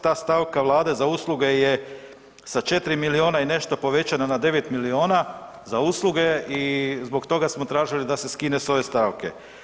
Ta stavka Vlade za usluge je sa 4 milijuna i nešto povećana na 9 milijuna za usluge i zbog toga smo tražili da se skine sa ove stavke.